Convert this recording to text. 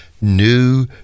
New